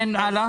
כן, הלאה.